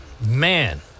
Man